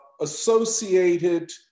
associated